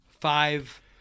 five